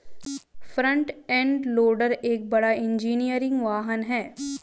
front end loader एक बड़ा engineering वाहन है